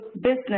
business